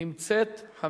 נמצאת.